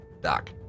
Doc